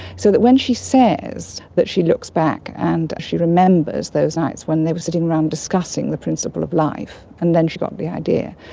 so that when she says that she looks back and she remembers those nights when they were sitting around discussing the principle of life, and then she got the idea,